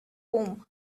home